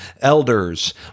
elders